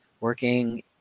working